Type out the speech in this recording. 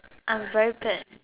I'm very bad